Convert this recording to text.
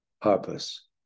purpose